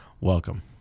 Welcome